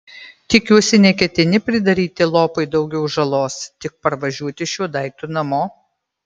tikiuosi neketini pridaryti lopui daugiau žalos tik parvažiuoti šiuo daiktu namo